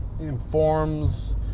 informs